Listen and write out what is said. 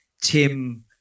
Tim